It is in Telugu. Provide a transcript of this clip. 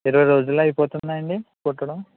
ఇరవై రోజుల్లో అయిపోతుందా అండి కుట్టడం